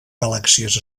galàxies